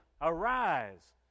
Arise